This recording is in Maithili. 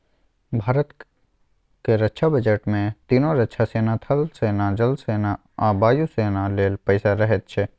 भारतक रक्षा बजट मे तीनों रक्षा सेना थल सेना, जल सेना आ वायु सेना लेल पैसा रहैत छै